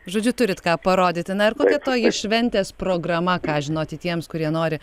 žodžiu turit ką parodyti na ir kokia toji šventės programa ką žinoti tiems kurie nori